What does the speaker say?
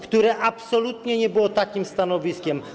które absolutnie nie było takim stanowiskiem.